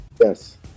Yes